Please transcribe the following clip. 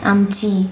आमची